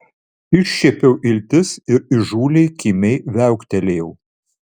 iššiepiau iltis ir įžūliai kimiai viauktelėjau